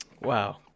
Wow